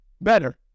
Better